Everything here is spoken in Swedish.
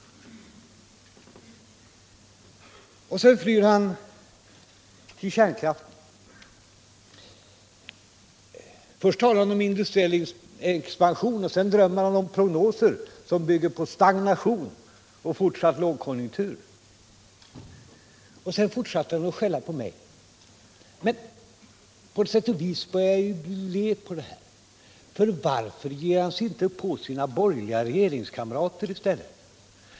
Och så flyr han till kärnkraften. Först talar han om industriell expansion, och sedan drömmer han om prognoser som bygger på stagnation och fortsatt lågkonjunktur. Och så fortsätter han att skälla på mig. Men på sätt och vis börjar jag bli led på det. Varför ger han sig inte på sina borgerliga regeringskamrater i stället?